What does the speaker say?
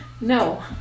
no